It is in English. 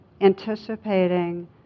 anticipating